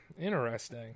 interesting